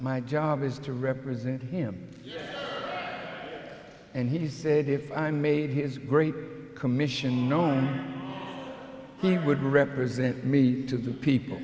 my job is to represent him and he said if i made his great commission known he would represent me to the people